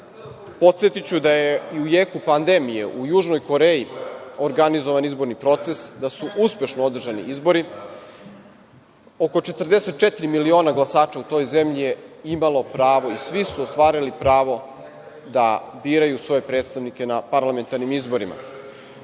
stanju. Podsetiću da je u jeku pandemije u Južnoj Koreji organizovan izborni proces, da su uspešno održani izbori. Oko 44 miliona glasača u toj zemlji je imalo pravo i svi su ostvarili pravo da biraju svoje predstavnike na parlamentarnim izborima.